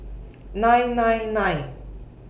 nine nine nine